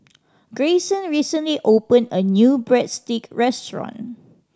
Grayson recently opened a new Breadstick restaurant